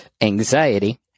anxiety